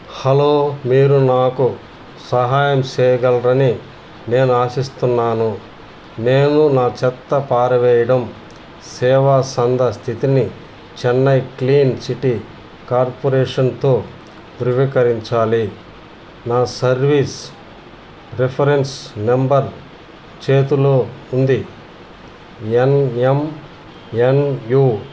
hello మీరు నాకు సహాయం చెయ్యగలరని నేను ఆశిస్తున్నాను నేను నా చెత్త పారవెయ్యడం సేవ చందా స్థితిని చెన్నై క్లీన్ సిటీ కార్పొరేషన్తో ధృవికరించాలి నా సర్వీస్ రిఫరెన్స్ నంబర్ చేతిలో ఉంది ఎన్ఎంఎన్యు